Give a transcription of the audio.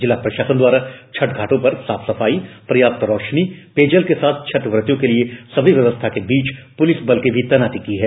जिला प्रशासन द्वारा छठ घाटों पर साफ सफाई पर्याप्त रौशनी पेयजल के साथ छठ ब्रतियों के लिए सभी व्यवस्था के बीच पुलिस बलों की भी तैनाती की है